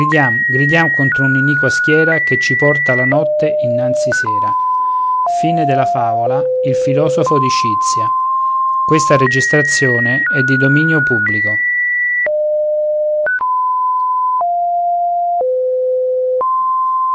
gridiam contro un'iniqua schiera che ci porta la notte innanzi sera e